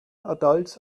adults